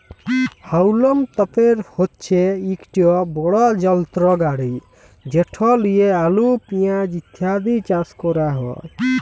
হাউলম তপের হছে ইকট বড় যলত্র গাড়ি যেট লিঁয়ে আলু পিয়াঁজ ইত্যাদি চাষ ক্যরা হ্যয়